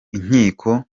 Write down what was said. inkiko